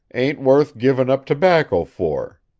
ain't worth giving up tobacco for